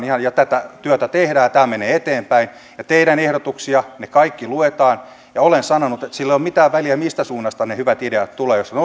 tätä työtä tehdään ja tämä menee eteenpäin teidän ehdotuksenne kaikki luetaan olen sanonut että sillä ei ole mitään väliä mistä suunnasta ne hyvät ideat tulevat jos ne